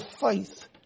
faith